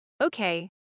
Okay